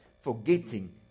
forgetting